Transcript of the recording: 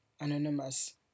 anonymous